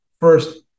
first